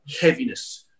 heaviness